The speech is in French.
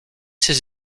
ses